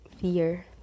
fear